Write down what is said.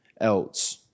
else